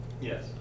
Yes